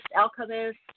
alchemist